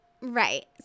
Right